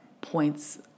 points